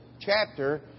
chapter